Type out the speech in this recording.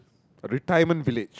a retirement village